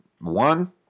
one